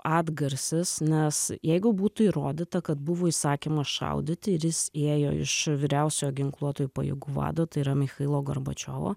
atgarsis nes jeigu būtų įrodyta kad buvo įsakymas šaudyti ir jis ėjo iš vyriausiojo ginkluotųjų pajėgų vado tai yra michailo gorbačiovo